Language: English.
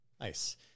Nice